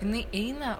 jinai eina